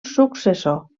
successor